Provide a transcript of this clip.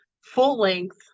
full-length